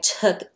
took